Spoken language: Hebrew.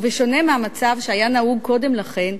ובשונה מהמצב שהיה נהוג קודם לכן,